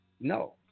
No